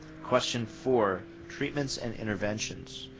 question four, treatments and interventions.